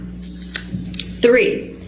Three